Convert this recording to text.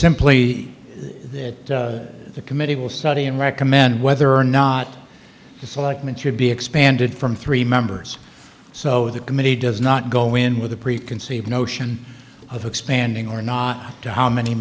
simply that the committee will study and recommend whether or not it's like me to be expanded from three members so the committee does not go in with a preconceived notion of expanding or not to how many